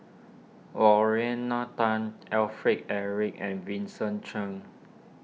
Lorna Tan Alfred Eric and Vincent Cheng